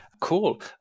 Cool